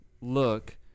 look